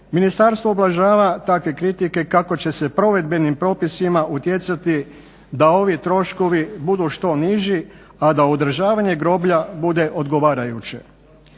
Ministarstvo ublažava takve kritike kako će se provedbenim propisima utjecati da ovi troškovi budu što niži, a da održavanje groblja bude odgovarajuće.